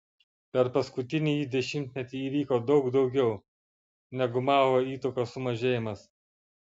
per paskutinįjį dešimtmetį įvyko daug daugiau negu mao įtakos sumažėjimas